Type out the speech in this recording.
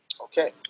okay